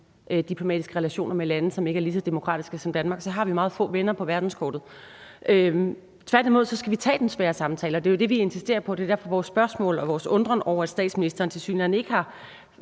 diplomatiske relationer med lande, som ikke er lige så demokratiske som Danmark, for så har vi meget få venner på verdenskortet. Tværtimod skal vi tage den svære samtale, og det er jo det, vi insisterer på. Det er grunden til vores spørgsmål og vores undren over, at statsministeren tilsyneladende ikke har